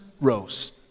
roast